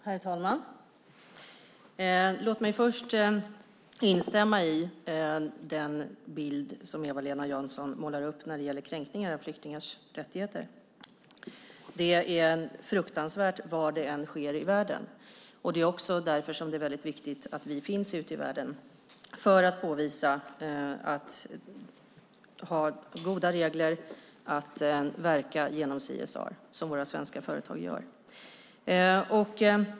Herr talman! Låt mig först instämma i den bild som Eva-Lena Jansson målar upp när det gäller kränkningar av flyktingars rättigheter. Det är fruktansvärt var det än sker i världen. Det är därför som det är viktigt att vi finns ute i världen för att påvisa goda regler och verka genom CSR, som svenska företag gör.